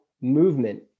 movement